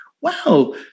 wow